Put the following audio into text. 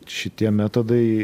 šitie metodai